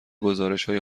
گزارشهای